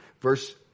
verse